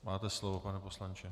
Máte slovo, pane poslanče.